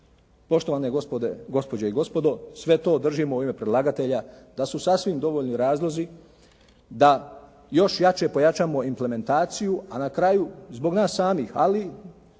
Poštovane gospođe i gospodo, sve to držimo u ime predlagatelja da su sasvim dovoljni razlozi da još jače pojačamo implementaciju. A na kraju, zbog nas samih, ali